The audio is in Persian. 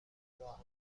انجام